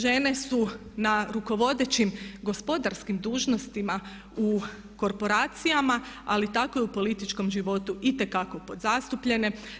Žene su na rukovodećim gospodarskim dužnostima u korporacijama, ali tako i u političkom životu itekako podzastupljene.